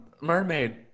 mermaid